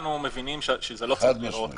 כולנו מבינים שזה לא צריך להיראות ככה.